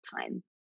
time